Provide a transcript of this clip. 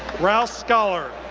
rouse scholar.